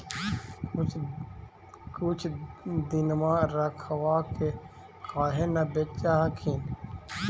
कुछ दिनमा रखबा के काहे न बेच हखिन?